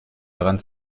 daran